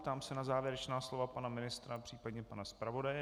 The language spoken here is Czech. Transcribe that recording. Ptám se na závěrečná slova pana ministra, případně pana zpravodaje.